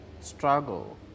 struggle